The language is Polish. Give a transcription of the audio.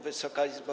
Wysoka Izbo!